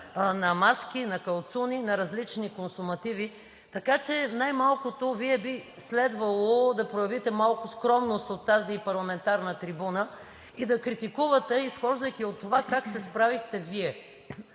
на маски, на калцуни, на различни консумативи. Така че най-малкото Вие би следвало да проявите малко скромност от тази парламентарна трибуна и да критикувате, изхождайки от това как се справихте Вие.